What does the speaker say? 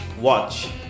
watch